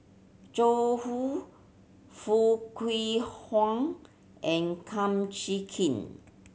Zhu Foo Kwee Horng and Kum Chee Kin